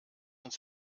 uns